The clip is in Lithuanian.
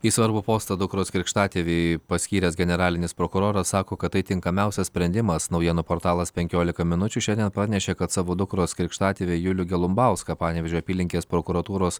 į svarbų postą dukros krikštatėvį paskyręs generalinis prokuroras sako kad tai tinkamiausias sprendimas naujienų portalas penkiolika minučių šiandien pranešė kad savo dukros krikštatėvį julių galumbauską panevėžio apylinkės prokuratūros